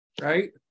Right